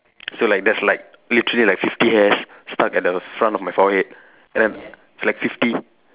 so like there's like literally like fifty hairs stuck at the front of my forehead and then like fifty